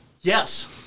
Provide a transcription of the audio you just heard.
Yes